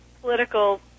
political